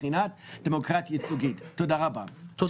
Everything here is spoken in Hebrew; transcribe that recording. מטורף על הימין,